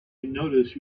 notice